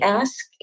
ask